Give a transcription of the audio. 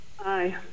Aye